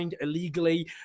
illegally